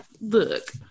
look